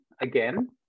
Again